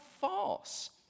false